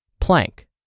Plank